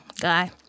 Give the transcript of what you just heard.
guy